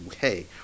Hey